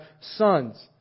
sons